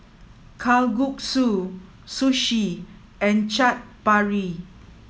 Kalguksu Sushi and Chaat Papri